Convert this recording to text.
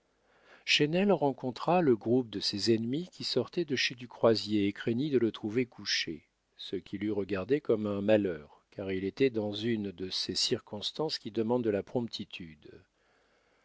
chesnel rencontra le groupe de ses ennemis qui sortaient de chez du croisier et craignit de le trouver couché ce qu'il eût regardé comme un malheur car il était dans une de ces circonstances qui demandent de la promptitude